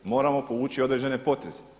Moramo povući određene poteze.